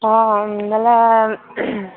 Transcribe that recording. ହଁ ବେଲେ